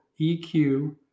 EQ